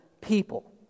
people